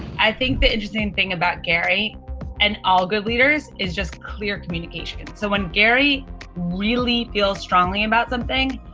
i think the interesting thing about gary and all good leaders is just clear communication. so when gary really feels strongly about something,